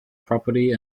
property